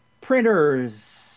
Printers